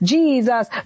Jesus